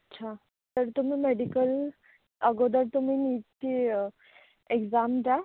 अच्छा तर तुम्ही मेडिकल अगोदर तुम्ही नीटची एक्झाम द्या